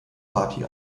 party